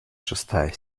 шестая